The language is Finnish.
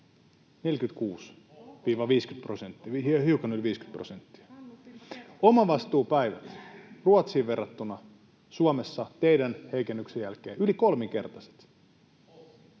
50 prosenttia. Omavastuupäivät: Ruotsiin verrattuna ne ovat Suomessa teidän heikennyksenne jälkeen yli kolminkertaiset.